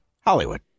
Hollywood